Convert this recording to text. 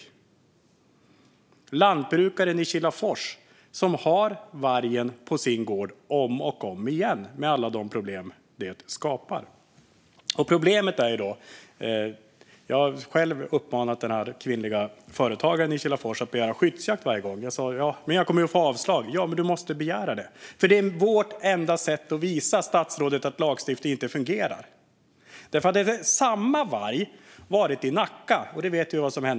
Det handlar om lantbrukaren i Kilafors, som har vargen på sin gård om och om igen, med alla de problem det skapar. Jag har själv uppmanat denna kvinnliga företagare att begära skyddsjakt varje gång. Men jag kommer ju att få avslag, sa hon då. Ja, men du måste begära det, sa jag, för det är vårt enda sätt att visa statsrådet att lagstiftningen inte fungerar. Hade samma varg funnits i Nacka vet vi vad som skulle ha hänt.